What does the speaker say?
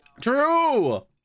True